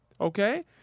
Okay